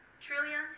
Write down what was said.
Trillion